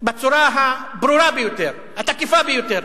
בצורה הברורה ביותר, התקיפה ביותר.